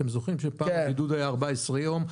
אתם זוכרים שפעם הבידוד היה 14 יום?